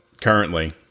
currently